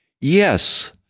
Yes